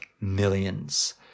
millions